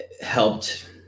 helped